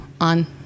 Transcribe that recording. on